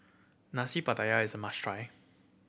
Nasi Pattaya is a must try